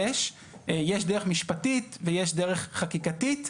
יש דרך משפטית ויש דרך חקיקתית.